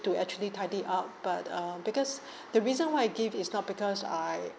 to actually tidy up but um because the reason why I give is not because I